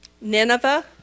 Nineveh